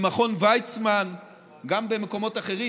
במכון ויצמן וגם במקומות אחרים,